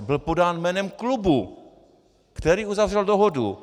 Byl podán jménem klubu, který uzavřel dohodu.